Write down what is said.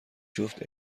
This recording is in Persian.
جفت